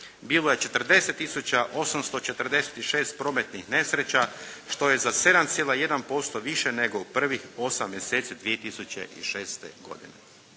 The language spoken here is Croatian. bilo je 40 tisuća 846 prometnih nesreća što je za 7,1promila više nego u prvih 8 mjeseci 2006. godine.